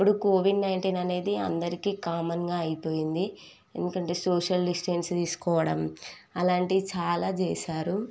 ఇప్పుడు COVID nineteen అనేది అందరికి కామన్గా అయిపోయింది ఎందుకంటే సోషల్ డిస్టెన్స్ తీసుకోవడం అలాంటివి చాలా చేశారు